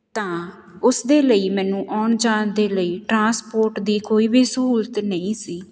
ਤਾਂ ਉਸਦੇ ਲਈ ਮੈਨੂੰ ਆਉਣ ਜਾਣ ਦੇ ਲਈ ਟ੍ਰਾਂਸਪੋਰਟ ਦੀ ਕੋਈ ਵੀ ਸਹੂਲਤ ਨਹੀਂ ਸੀ